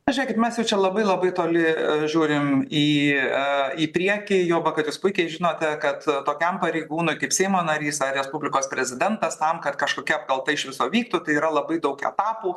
na žiūrėkit mes jau čia labai labai toli a žiūrim į a į priekį juoba kad jūs puikiai žinote kad tokiam pareigūnui kaip seimo narys ar respublikos prezidentas tam kad kažkokia apkalta iš viso vyktų tai yra labai daug etapų